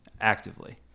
actively